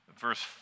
Verse